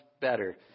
better